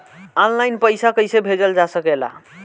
आन line पईसा कईसे भेजल जा सेकला?